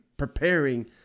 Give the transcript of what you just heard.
Preparing